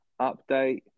update